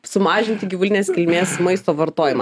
sumažinti gyvulinės kilmės maisto vartojimą